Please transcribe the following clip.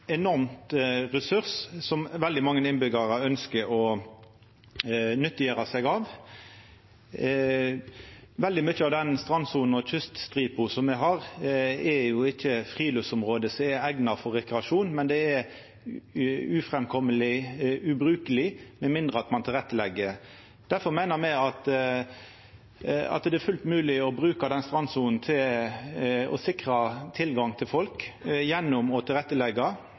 ressurs som veldig mange innbyggjarar ønskjer å nyttiggjera seg. Veldig mykje av den strandsona og kyststripa som me har, er ikkje friluftsområde som er eigna for rekreasjon, men det er uframkomeleg og ubrukeleg, med mindre ein legg til rette. Difor meiner me at det er fullt mogleg å bruka den strandsona til å sikra tilgang til folk gjennom å